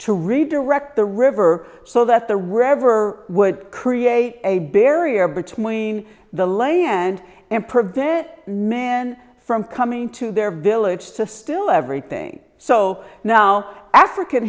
to redirect the river so that the rever would create a barrier between the land and prevent men from coming to their village to still everything so now african